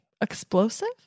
explosive